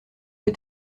les